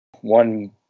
one